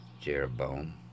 Jeroboam